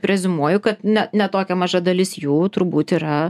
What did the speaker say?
preziumuoju kad ne ne tokia maža dalis jų turbūt yra